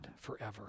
forever